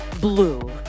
blue